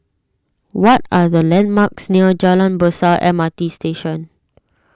what are the landmarks near Jalan Besar M R T Station